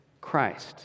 Christ